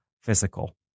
physical